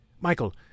Michael